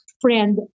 Friend